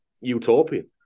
utopian